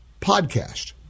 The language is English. podcast